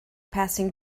passing